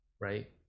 right